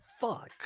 Fuck